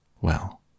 Well